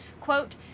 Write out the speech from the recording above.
Quote